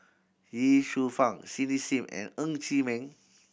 Ye Shufang Cindy Sim and Ng Chee Meng